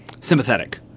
sympathetic